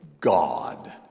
God